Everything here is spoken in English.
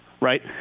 right